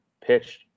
pitched